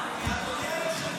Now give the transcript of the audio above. אדוני היושב-ראש,